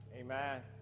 Amen